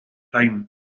time